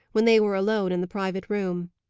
when they were alone in the private room.